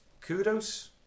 kudos